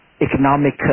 economic